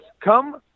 Come